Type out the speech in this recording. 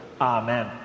Amen